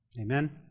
Amen